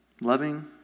loving